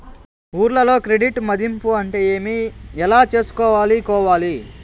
ఊర్లలో క్రెడిట్ మధింపు అంటే ఏమి? ఎలా చేసుకోవాలి కోవాలి?